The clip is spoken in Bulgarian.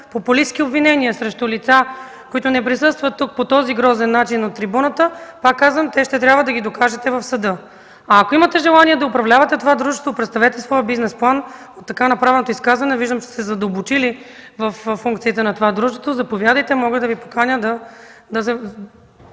популистки обвинения срещу лица, които не присъстват тук, по този грозен начин от трибуната, пак казвам, ще трябва да ги докажете в съда. Ако имате желание да управлявате това дружество, представете своя бизнес план. От така направеното изказване виждам, че сте се задълбочили във функциите на това дружество. Заповядайте, мога да Ви поканя да